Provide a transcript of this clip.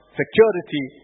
security